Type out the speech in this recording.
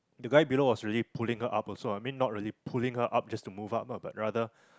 the guy below was really pulling her up also I mean not really pulling her up just to move up lah but rather